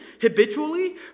habitually